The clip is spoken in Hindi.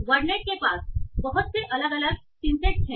वर्डनेट के पास बहुत से अलग अलग सिंसेट हैं